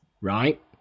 Right